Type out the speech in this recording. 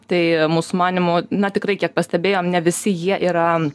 tai mūsų manymu na tikrai kiek pastebėjom ne visi jie yra